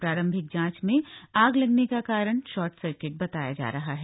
प्रारंभिक जांच में आग लगने का कारण शार्ट सर्किट बताया जा रहा है